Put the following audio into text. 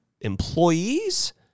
employees